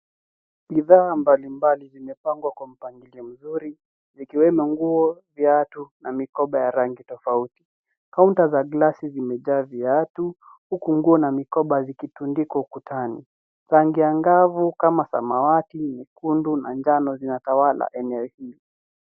Bidhaa mbalimbali zimepangwa kwa mpangilio mzuri vikiwemo nguo, viatu na mikoba ya rangi tofauti. Kaunta za glasi zimejaa viatu uku nguo na mikoba zikitundikwa ukutani. Rangi angavu kama samawati, nyekundu na njano zinatawala eneo hii.